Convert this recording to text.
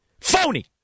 Phony